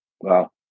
Wow